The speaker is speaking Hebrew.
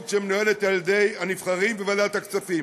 שמנוהלת על-ידי הנבחרים בוועדת הכספים.